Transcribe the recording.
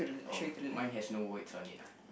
oh mine has no words on it ah